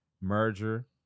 merger